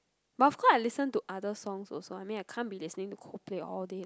but of course I listen to other songs also I mean I can't be listening to Coldplay all day